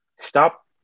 Stop